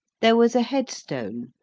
there was a head stone,